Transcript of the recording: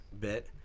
bit